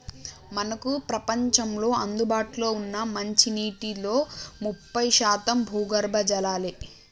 మనకు ప్రపంచంలో అందుబాటులో ఉన్న మంచినీటిలో ముప్పై శాతం భూగర్భ జలాలే